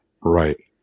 right